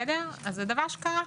זה דבר שקרה.